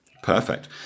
perfect